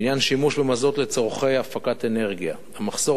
לעניין שימוש במזוט לצורכי הפקת אנרגיה: המחסור